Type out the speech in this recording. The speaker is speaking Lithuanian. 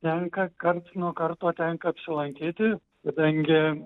tenka karts nuo karto tenka apsilankyti kadangi